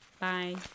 Bye